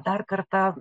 dar kartą